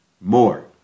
more